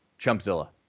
Chumpzilla